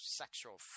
sexual